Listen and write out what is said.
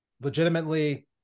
legitimately